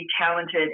talented